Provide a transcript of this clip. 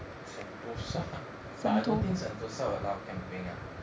sentosa but I don't think sentosa will allow camping ah